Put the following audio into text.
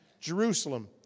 Jerusalem